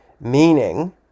meaning